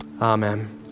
Amen